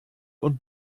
und